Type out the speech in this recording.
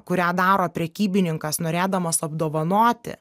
kurią daro prekybininkas norėdamas apdovanoti